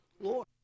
Lord